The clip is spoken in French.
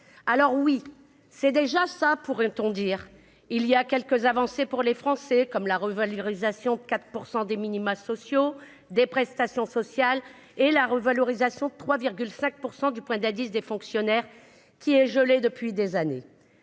Certes, c'est déjà ça, pourrait-on dire ... Il y a quelques avancées pour les Français, comme la revalorisation de 4 % des minima sociaux, des prestations sociales et la revalorisation de 3,5 % du point d'indice des fonctionnaires, qui était gelé depuis des années.